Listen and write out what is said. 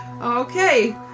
Okay